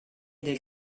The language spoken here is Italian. del